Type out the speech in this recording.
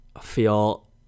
feel